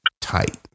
tight